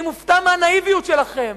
אני מופתע מהנאיביות שלכם.